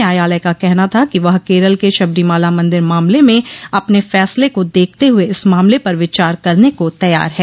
न्यायालय का कहना था कि वह केरल के शबरीमला मंदिर मामले में अपने फसले को देखते हुए इस मामले पर विचार करने को तैयार है